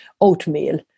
oatmeal